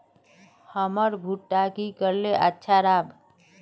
हमर भुट्टा की करले अच्छा राब?